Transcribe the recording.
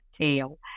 tail